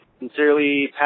Sincerely